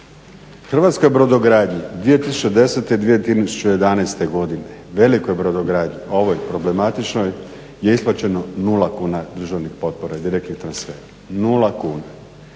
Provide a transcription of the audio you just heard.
Hrvatska brodogradnja 2010., 2011., velikoj brodogradnji, ovoj problematičnoj je isplaćeno nula kuna državnih potpora i direktnih transfera, nula kuna.